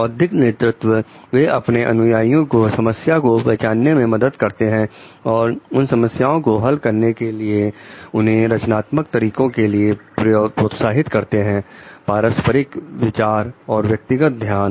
बौद्धिक नेतृत्व वे अपने अनुयायियों को समस्या को पहचानने में मदद करते हैं और उन समस्याओं को हल करने के लिए उन्हें रचनात्मक तरीकों के लिए प्रोत्साहित करते हैं पारस्परिक विचार और व्यक्तिगत ध्यान